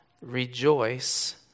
rejoice